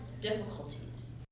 difficulties